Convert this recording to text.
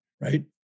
right